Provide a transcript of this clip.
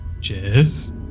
Cheers